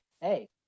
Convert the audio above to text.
Hey